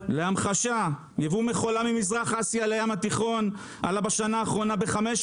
להמחשה: יבוא מכולה ממזרח אסיה לים התיכון עלה בשנה האחרונה ב-500%.